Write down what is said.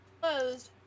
closed